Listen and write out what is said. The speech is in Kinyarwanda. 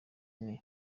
ine